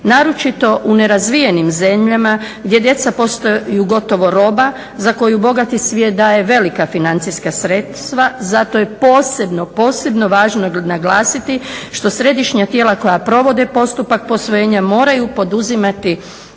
naročito u nerazvijenim zemljama gdje djeca postaju gotovo roba za koju bogati svijet daje velika financijska sredstva, zato je posebno, posebno važno naglasiti što središnja tijela koja provode postupak posvojenja moraju poduzimati